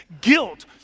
guilt